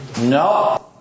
No